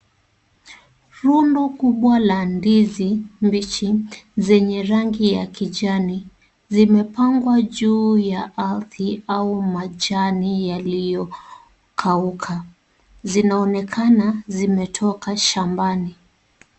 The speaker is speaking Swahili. Rundo kubwa la ndizi mbichi zenye rangi ya kijani. Zimepangwa juu ya ardhi au majani yaliyokauka. Zinaonekana zimetoka shambani.